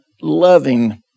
loving